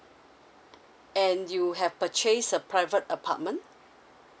and you have purchased a private apartment